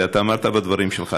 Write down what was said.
ואתה אמרת בדברים שלך,